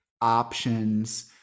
options